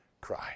cry